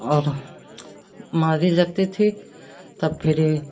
और मारी जाती थी तब फिर